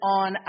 on